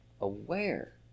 aware